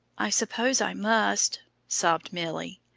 i suppose i must, sobbed milly.